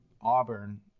auburn